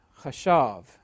chashav